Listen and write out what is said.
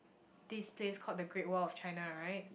this place called the Great-Wall-of-China right